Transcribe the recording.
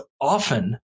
often